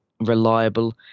reliable